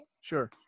Sure